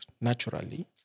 naturally